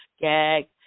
gag